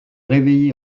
réveillé